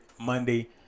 Monday